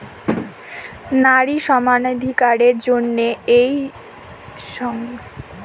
নারী সমানাধিকারের জন্যে যেই সংস্থা গুলা তইরি কোরা হচ্ছে তাকে ফেমিনিস্ট উদ্যোক্তা বলে